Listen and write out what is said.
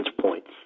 points